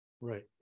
Right